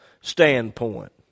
standpoint